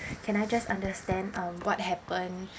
can I just understand um what happened